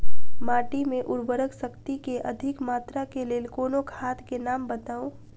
माटि मे उर्वरक शक्ति केँ अधिक मात्रा केँ लेल कोनो खाद केँ नाम बताऊ?